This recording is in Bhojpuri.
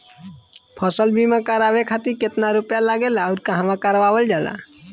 फसल बीमा करावे खातिर केतना रुपया लागेला अउर कहवा करावल जाला?